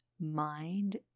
Mind